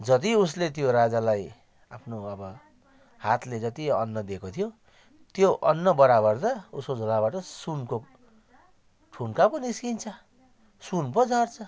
जति उसले त्यो राजालाई आफ्नो अब हातले जति अन्न दिएको थियो त्यो अन्न बराबर त उसको झोलाबाट सुनको ठुन्का पो निस्किन्छ सुन पो झर्छ